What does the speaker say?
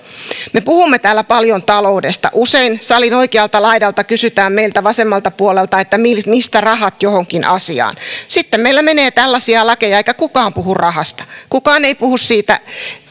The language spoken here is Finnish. me puhumme täällä paljon taloudesta usein salin oikealta laidalta kysytään meiltä vasemmalta puolelta mistä mistä rahat johonkin asiaan sitten meillä menee tällaisia lakeja eikä kukaan puhu rahasta kukaan ei puhu siitä